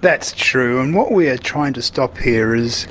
that's true, and what we are trying to stop here is